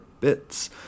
bits